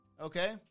Okay